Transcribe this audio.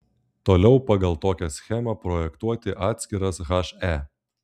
toliau pagal tokią schemą projektuoti atskiras he